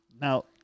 Now